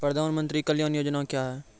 प्रधानमंत्री कल्याण योजना क्या हैं?